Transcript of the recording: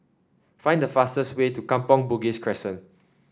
find the fastest way to Kampong Bugis Crescent